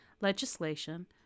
legislation